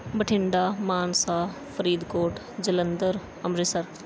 Bathinda Mansa Faridkot Jalandhar Amritsar